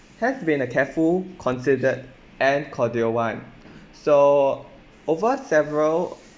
has been a careful considered and cordial [one] so over several